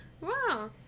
Wow